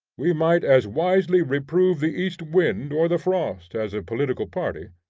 we might as wisely reprove the east wind or the frost, as a political party,